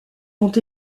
font